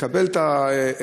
לקבל את ההסכמה,